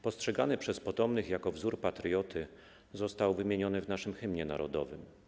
Postrzegany przez potomnych jako wzór patrioty, został wymieniony w naszym hymnie narodowym.